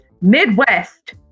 Midwest